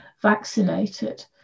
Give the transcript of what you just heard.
vaccinated